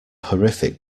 horrific